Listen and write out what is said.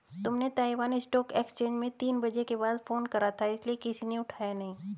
तुमने Taiwan stock exchange में तीन बजे के बाद फोन करा था इसीलिए किसी ने उठाया नहीं